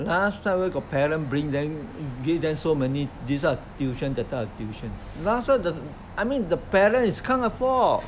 last time where got parent bring them give them so many this kind of tuition that type of tuition last time the I mean the parent is can't afford